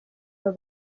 babo